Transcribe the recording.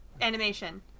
animation